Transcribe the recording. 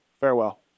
farewell